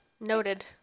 Noted